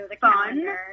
fun